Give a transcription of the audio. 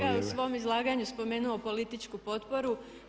u svom izlaganju spomenuo političku potporu.